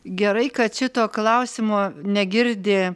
gerai kad šito klausimo negirdi